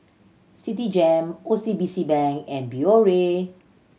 Citigem O C B C Bank and Biore